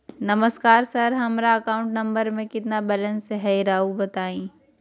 नमस्कार सर हमरा account number में कितना बैलेंस हेई राहुर बताई?